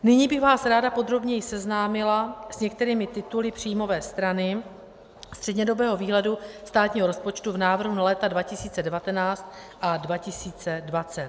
Nyní bych vás ráda podrobněji seznámila s některými tituly příjmové strany střednědobého výhledu státního rozpočtu v návrhu na léta 2019 a 2020.